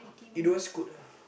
you don't want Scoot ah